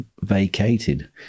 vacated